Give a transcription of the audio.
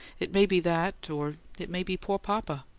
it may be that or it may be poor papa.